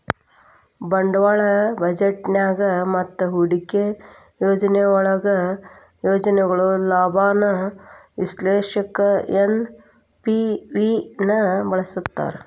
ಬಂಡವಾಳ ಬಜೆಟ್ನ್ಯಾಗ ಮತ್ತ ಹೂಡಿಕೆ ಯೋಜನೆಯೊಳಗ ಯೋಜನೆಯ ಲಾಭಾನ ವಿಶ್ಲೇಷಿಸಕ ಎನ್.ಪಿ.ವಿ ನ ಬಳಸ್ತಾರ